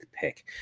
pick